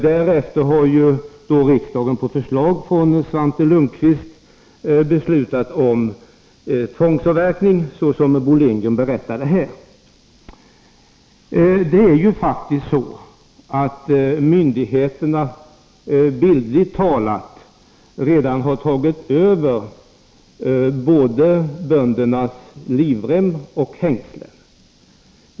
Därefter har riksdagen, på förslag från Svante Lundkvist, beslutat om tvångsavverkning, såsom Bo Lundgren har berättat här. Myndigheterna har faktiskt redan, bildligt talat, tagit över både böndernas livrem och hängslen.